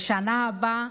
בשנה הבאה,